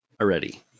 already